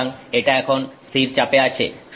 সুতরাং এটা এখন স্থির চাপে আছে